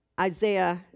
Isaiah